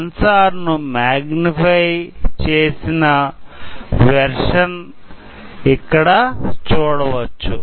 sensor ను magnify చేసిన version ఇక్కడ చూడవచ్చు